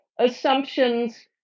assumptions